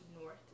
north